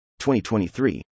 2023